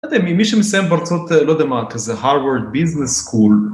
אני לא יודע, מי שמסיים בארצות, לא יודע מה, כזה Harvard business school